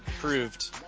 Proved